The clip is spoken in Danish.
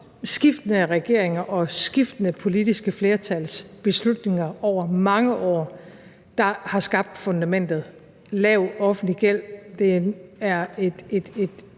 skiftende regeringer og skiftende politiske flertals beslutninger over mange år, der har skabt fundamentet. Lav offentlige gæld